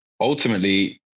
Ultimately